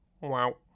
wow